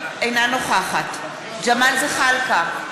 אינה נוכחת ג'מאל זחאלקה,